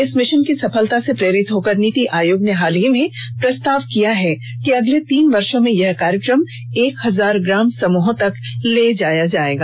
इस मिशन की सफलता से प्रेरित होकर नीति आयोग ने हाल ही में प्रस्ताव किया है कि अगले तीन वर्षो में यह कार्यक्रम एक हजार ग्राम समुहों तक ले जाया जाएगा